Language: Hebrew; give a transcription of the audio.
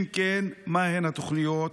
אם כן, מהן התוכניות?